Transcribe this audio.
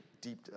deep